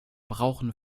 brauchen